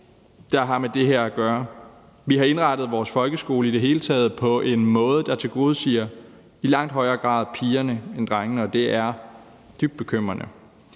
der har med det her at gøre. Vi har i det hele taget indrettet vores folkeskole på en måde, der tilgodeser pigerne i langt højere grad end drengene. Det er dybt bekymrende.